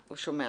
טוב, נכון.